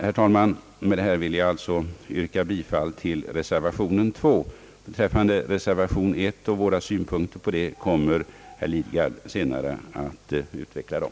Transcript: Herr talman! Med detta vill jag alltså yrka bifall till reservation 2. Beträffande reservation 1 och våra synpunkter på denna kommer herr Lidgard senare att utveckla dem.